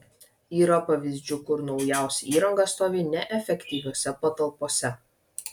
yra pavyzdžių kur naujausia įranga stovi neefektyviose patalpose